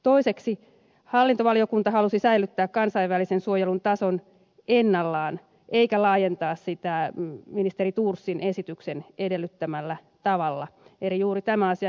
toiseksi hallintovaliokunta halusi säilyttää kansainvälisen suojelun tason ennallaan eikä laajentaa sitä ministeri thorsin esityksen edellyttämällä tavalla eli juuri tämä on se asia minkä ed